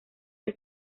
del